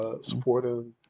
supporting